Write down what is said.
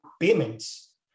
payments